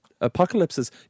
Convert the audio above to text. apocalypses